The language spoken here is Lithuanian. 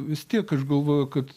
vis tiek aš galvoju kad